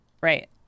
Right